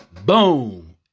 Boom